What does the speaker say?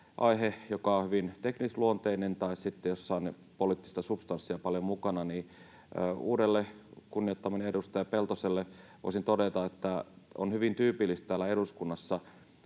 aihe, joka on hyvin teknisluonteinen, tai sitten sellainen, jossa on poliittista substanssia paljon mukana — niin uudelle, kunnioittamalleni edustaja Peltoselle voisin todeta, että on hyvin tyypillistä täällä eduskunnassa,